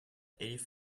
eighty